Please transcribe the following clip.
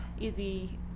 easy